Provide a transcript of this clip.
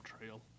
trail